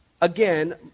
Again